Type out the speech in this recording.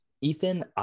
Ethan